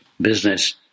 business